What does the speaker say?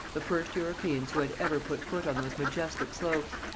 the first europeans who had ever put foot on those majestic slopes.